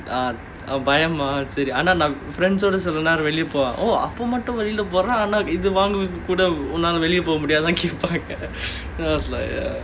ah பயமா சரி ஆனா:bayama sari aanaa friends ஓட சில நேரம் வெளிய போவேன்:oda sila neram veliya povaen oh அப்போ மட்டும் வெளிய போற ஆனா இது வாங்க மட்டும் உன்னால வெளிய போ முடியாதுனு கேப்பாங்க:appo mattum veliya pora aanaa ithu vaanga mattum unnaala veliya po mudiyaathanu keppaanga then I was like ya